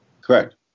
Correct